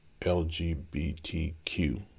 LGBTQ+